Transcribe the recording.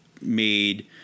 made